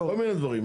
כל מיני דברים.